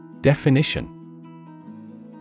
Definition